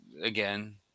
again